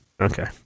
Okay